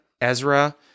Ezra